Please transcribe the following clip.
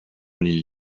l’île